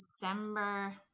december